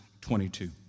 22